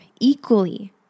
equally